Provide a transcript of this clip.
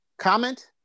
comment